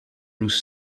nous